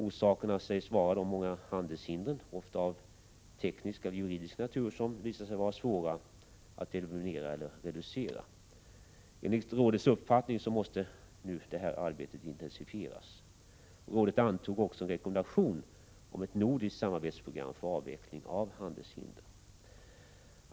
Orsaken sägs vara de många handelshindren, ofta av teknisk eller juridisk natur, som visar sig vara svåra att eliminera eller reducera. Enligt rådets = Prot. 1987/88:42 uppfattning måste detta arbete nu intensifieras. Rådet antog också en 10 december 1987 rekommendation om ett nordiskt samarbetsprogram för avveckling av Aror ar mo handelshinder.